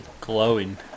Glowing